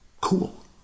cool